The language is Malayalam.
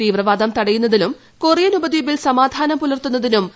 തീവ്രവാദം തടയുന്നതിലും കൊറിയൻ ഉപദ്വീപിൽ സമാധാനം പുലർത്തുന്നതിനും ശ്രീ